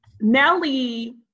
Nellie